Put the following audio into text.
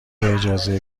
اجازه